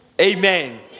amen